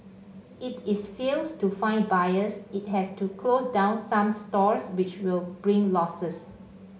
if it fails to find buyers it has to close down some stores which will bring losses